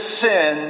sin